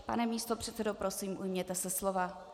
Pane místopředsedo, prosím, ujměte se slova.